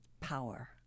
power